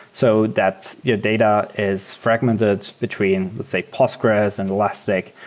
so that your data is fragmented between, let's say, postgres and elastic,